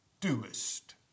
doest